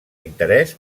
interès